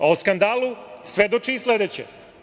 O skandalu svedoči i sledeće.